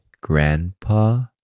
Grandpa